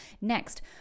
Next